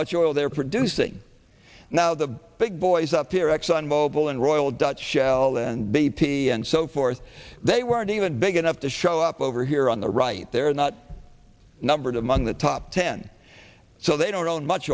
much oil they're producing now the big boys up here exxon mobil and royal dutch shell and b p and so forth they weren't even big enough to show up over here on the right they're not numbered among the top ten so they don't